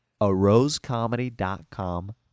arosecomedy.com